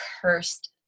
cursed